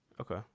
Okay